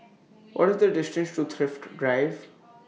What IS The distance to Thrift Drive